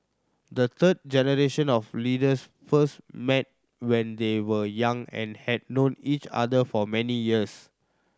the third generation of leaders first met when they were young and had known each other for many years